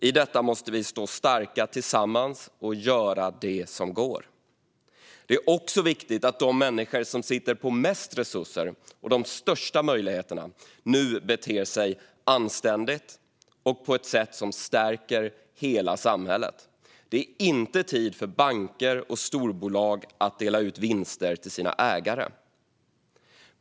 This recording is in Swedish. I detta måste vi stå starka tillsammans och göra det som går. Det är också viktigt att de människor som sitter på mest resurser och de största möjligheterna nu beter sig anständigt och på ett sätt som stärker hela samhället. Det är inte tid för banker och storbolag att dela ut vinster till sina ägare.